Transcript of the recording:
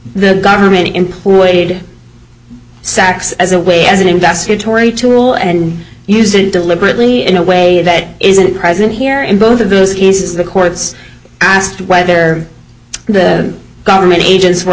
the government employed sax as a way as an investigatory tool and use it deliberately in a way that isn't present here in both of those cases the courts asked why their government agents were